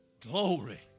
glory